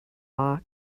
law